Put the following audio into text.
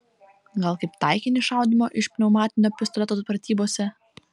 gal kaip taikinį šaudymo iš pneumatinio pistoleto pratybose